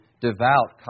devout